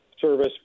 service